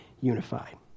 unified